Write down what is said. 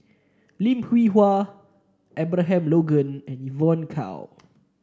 Lim Hwee Hua Abraham Logan and Evon Kow